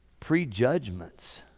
prejudgments